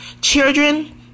children